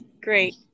Great